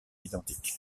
identique